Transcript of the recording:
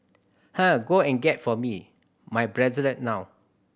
eh go and get for me my bracelet now